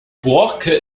borke